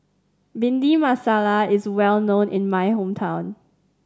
Bhindi Masala is well known in my hometown